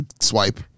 swipe